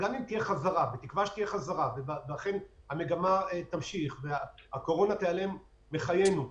כי גם אם תהיה חזרה לשגרה והקורונה תיעלם מחיינו,